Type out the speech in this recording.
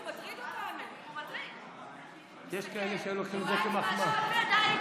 הוא מטריד עם שילוב הידיים המאיים,